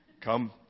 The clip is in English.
Come